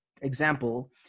example